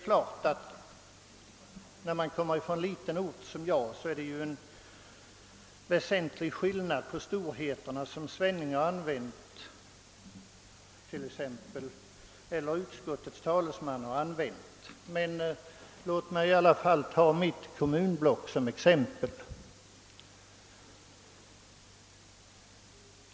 När man som jag kommer från en liten ort blir det en helt annan storlek på de siffror man kan nämna från den egna kommunen än på de siffror som exempelvis herrar Svenning och Bergman kunnat anföra. Låt mig ändå ta mitt kommunblock som exempel.